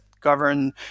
govern